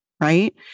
right